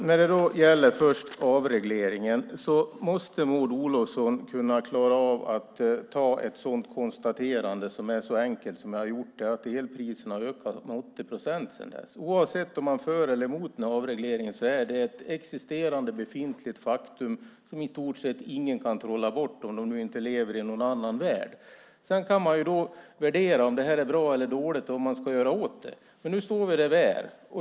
Herr talman! När det först gäller avregleringen måste Maud Olofsson klara av att göra ett konstaterande som är så enkelt att elpriserna har ökat med 80 procent sedan dess. Oavsett om man är för eller emot avregleringen är det ett existerande befintligt faktum som ingen kan trolla bort om man inte lever i någon annan värld. Man kan värdera om det är bra eller dåligt eller om man ska göra något åt det. Men nu står vi här.